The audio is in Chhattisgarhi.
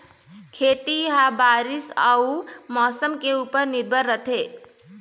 खेती ह बारीस अऊ मौसम के ऊपर निर्भर रथे